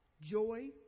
joy